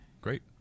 Great